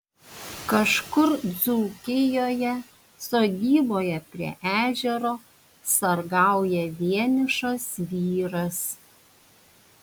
kažkur dzūkijoje sodyboje prie ežero sargauja vienišas vyras